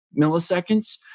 milliseconds